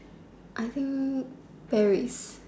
I think Paris